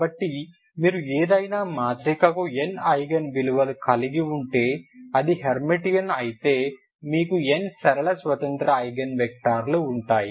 కాబట్టి మీరు ఏదైనా మాత్రికకు n ఐగెన్ విలువలు కలిగి ఉంటే అది హెర్మిటియన్ అయితే మీకు n సరళ స్వతంత్ర ఐగెన్ వెక్టర్లు ఉంటాయి